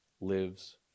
lives